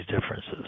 differences